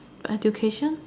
education